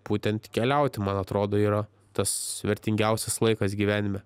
būtent keliauti man atrodo yra tas vertingiausias laikas gyvenime